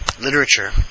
literature